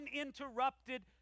uninterrupted